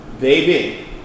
Baby